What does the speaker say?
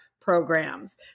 programs